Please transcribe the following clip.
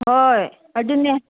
ꯍꯣꯏ ꯑꯗꯨꯅꯦ